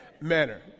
manner